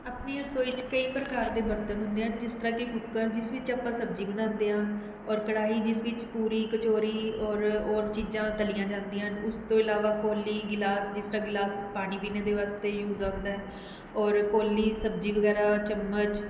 ਆਪਣੀ ਰਸੋਈ 'ਚ ਕਈ ਪ੍ਰਕਾਰ ਦੇ ਬਰਤਨ ਹੁੰਦੇ ਹਨ ਜਿਸ ਤਰ੍ਹਾਂ ਕਿ ਕੁੱਕਰ ਜਿਸ ਵਿੱਚ ਆਪਾਂ ਸਬਜ਼ੀ ਬਣਾਉਂਦੇ ਹਾਂ ਔਰ ਕੜਾਹੀ ਜਿਸ ਵਿੱਚ ਪੂਰੀ ਕਚੌਰੀ ਔਰ ਔਰ ਚੀਜ਼ਾਂ ਤਲ਼ੀਆਂ ਜਾਂਦੀਆਂ ਹਨ ਉਸ ਤੋਂ ਇਲਾਵਾ ਕੌਲੀ ਗਿਲਾਸ ਜਿਸ ਤਰ੍ਹਾਂ ਗਿਲਾਸ ਪਾਣੀ ਪੀਣ ਦੇ ਵਾਸਤੇ ਯੂਜ਼ ਆਉਂਦਾ ਹੈ ਔਰ ਕੌਲੀ ਸਬਜ਼ੀ ਵਗੈਰਾ ਚੱਮਚ